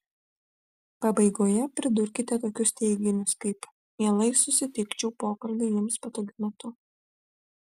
pabaigoje pridurkite tokius teiginius kaip mielai susitikčiau pokalbiui jums patogiu metu